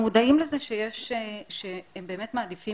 אנחנו מודעים לזה שהם באמת מעדיפים